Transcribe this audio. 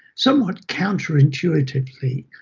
somewhat counterintuitively,